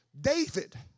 David